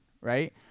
right